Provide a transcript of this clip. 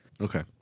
Okay